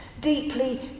Deeply